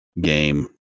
game